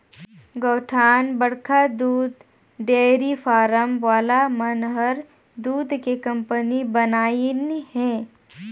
कयोठन बड़खा दूद डेयरी फारम वाला मन हर दूद के कंपनी बनाईंन हें